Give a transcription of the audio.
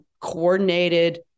coordinated